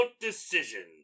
decision